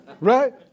right